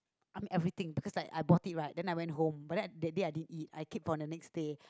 I mean everything because like I bought it right and then I went home but then that day I didn't eat I keep for the next day